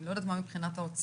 אני לא יודעת מה מבחינת האוצר.